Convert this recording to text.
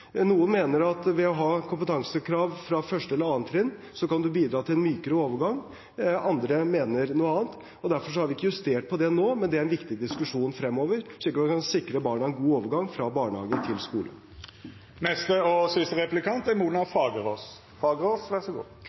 Noen mener at ved å ha kompetansekrav fra 1. eller 2. trinn kan man bidra til en mykere overgang, andre mener noe annet. Derfor har vi ikke justert dette nå, men det er en viktig diskusjon fremover, slik at vi kan sikre barna en god overgang fra barnehage til